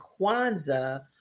Kwanzaa